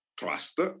trust